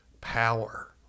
power